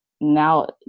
now